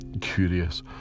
curious